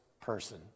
person